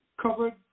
covered